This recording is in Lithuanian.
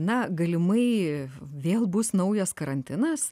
na galimai vėl bus naujas karantinas